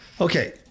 Okay